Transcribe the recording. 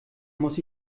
muss